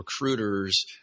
recruiters